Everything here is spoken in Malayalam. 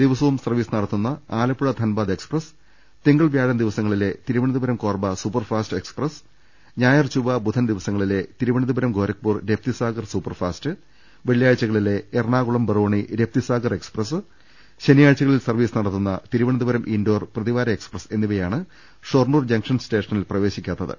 ദിവസവും സർവീസ് നടത്തുന്ന ആലപ്പുഴ ധൻബാദ് എക്സ്പ്രസ് തിങ്കൾ വ്യാഴം ദിവസങ്ങളിലെ തിരുവനന്തപുരം കോർബ സൂപ്പർഫാസ്റ്റ് എക്സ്പ്രസ് ഞായർചൊവ്വ ബുധൻ ദിവ സങ്ങളിലെ തിരുവനന്തപുരം ഗോരഖ്പൂർ രപ്തി സാഗർ സൂപ്പർഫാ സ്റ്റ് വെള്ളിയാഴ്ചകളിലെ എറണാകുളം ബറോണി രപ്തി സാഗർ എക്സ്പ്രസ് ശനിയാഴ്ചകളിൽ സർവീസ് നടത്തുന്ന തിരുവനന്ത പുരം ഇൻഡോർ പ്രതിവാര എക്സ്പ്രസ് എന്നിവയാണ് ഷൊർണൂർ ജങ്ഷൻ സ്റ്റേഷനിൽ പ്രവേശിക്കാത്തത്